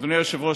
אדוני היושב-ראש,